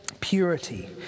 purity